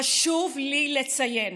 חשוב לי לציין